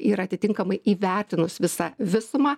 ir atitinkamai įvertinus visą visumą